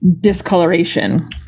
discoloration